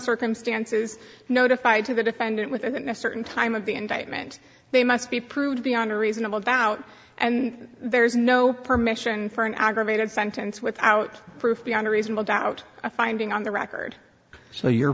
circumstances notified to the defendant with a certain time of the indictment they must be proved beyond a reasonable doubt and there's no permission for an aggravated sentence without proof beyond reasonable doubt a finding on the record so your